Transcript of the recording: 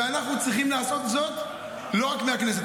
ואנחנו צריכים לעשות זאת לא רק מהכנסת.